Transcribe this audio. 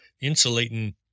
insulating